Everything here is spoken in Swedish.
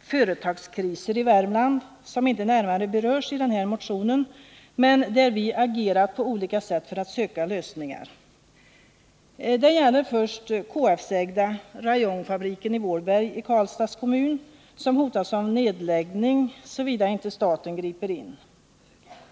företagskriser i Värmland som inte närmare berörs i den här motionen men där vi agerat på olika sätt för att söka lösningar. Det gäller först KF-ägda Rayonfabriken i Vålberg i Karlstads kommun som hotas av nedläggning, såvida inte staten griper in.